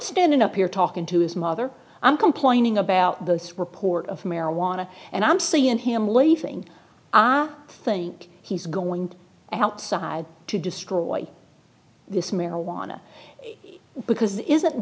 standing up here talking to his mother i'm complaining about those reports of marijuana and i'm seeing him leaving i think he's going to outside to destroy this marijuana because it isn't